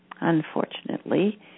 Unfortunately